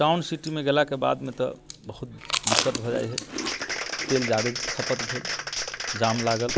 town सिटीमे गेलाके बादमे तऽ बहुत दिक्कत भऽ जाइत हइ तेल जादे खपत भेल जाम लागल